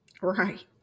Right